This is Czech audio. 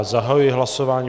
Zahajuji hlasování.